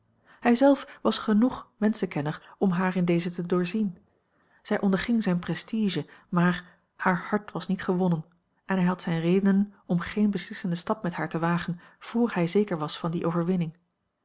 hij zelf was genoeg menschenkenner om haar in deze te doorzien zij onderging zijn prestige maar haar hart was niet gewonnen en hij had zijne redenen om geen beslissenden stap met haar te wagen vr hij zeker was van die overwinning